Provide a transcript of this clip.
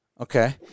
Okay